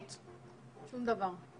שום דבר.